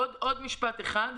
אומר עוד משפט אחד.